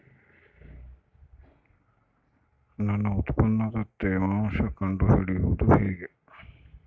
ನನ್ನ ಉತ್ಪನ್ನದ ತೇವಾಂಶ ಕಂಡು ಹಿಡಿಯುವುದು ಹೇಗೆ?